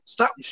Stop